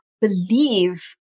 believe